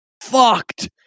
fucked